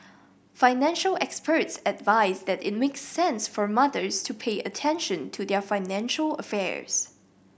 financial experts advise that it makes sense for mothers to pay attention to their financial affairs